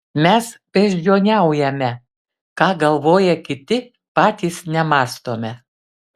mes beždžioniaujame ką galvoja kiti patys nemąstome